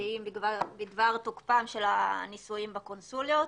משפטיים בדבר תוקפם של הנישואים בקונסוליות,